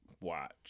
watch